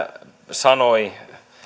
sanoi